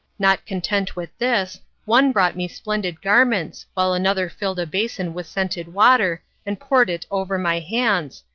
not content with this, one brought me splendid garments, while another filled a basin with scented water and poured it over my hands,